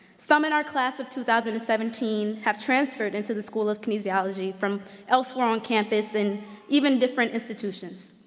some in our class of two thousand and seventeen have transferred into the school of kinesiology from elsewhere on campus and even different institutions.